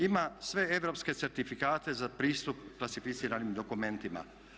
Ima sve europske certifikate za pristup klasificiranim dokumentima.